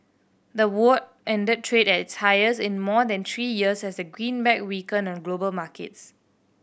the won ended trade at its highest in more than three years as the greenback weakened on global markets